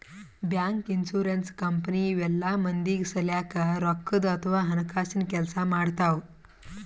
bank, insurance company ಇವೆಲ್ಲ ಮಂದಿಗ್ ಸಲ್ಯಾಕ್ ರೊಕ್ಕದ್ ಅಥವಾ ಹಣಕಾಸಿನ್ ಕೆಲ್ಸ್ ಮಾಡ್ತವ್